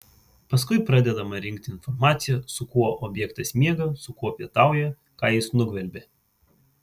paskui pradedama rinkti informacija su kuo objektas miega su kuo pietauja ką jis nugvelbė